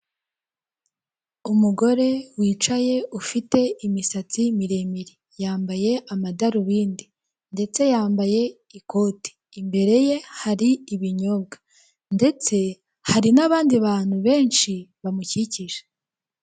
Umugore wicaye ufite imisatsi miremire, yambaye amadarubindi ndetse yambaye ikote, imbere ye hari ibinyobwa ndetse hari n'abandi bantu benshi bamukikije.